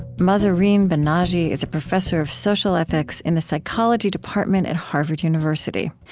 mahzarin banaji is a professor of social ethics in the psychology department at harvard university.